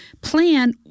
plan